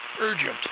Urgent